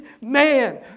man